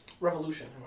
revolution